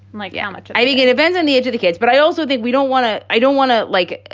like how yeah much? i think it depends on the edge of the kids but i also think we don't want to i don't want to, like,